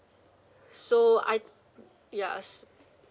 so I ya s~